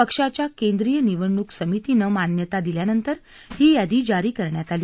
पक्षाच्या केंद्रीय निवडणूक समितीनं मान्यता दिल्यानंतर ही यादी जारी करण्यात आली